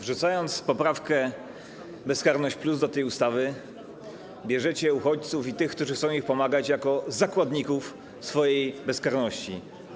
Wrzucając poprawkę bezkarność+ do tej ustawy, bierzecie uchodźców i tych, którzy są chcą im pomagać, jako zakładników swojej bezkarności.